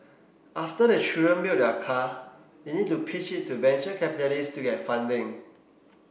after the children build their car they need to pitch it to venture capitalists to get funding